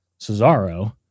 Cesaro